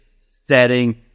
setting